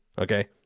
Okay